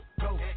go